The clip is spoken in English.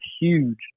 huge